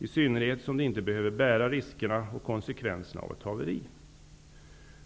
I synnerhet som de inte behöver bära riskerna och konsekvenserna av ett haveri.''